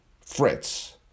Fritz